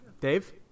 Dave